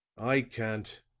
i can't,